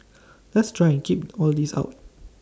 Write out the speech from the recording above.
let's try and keep all this out